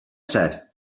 said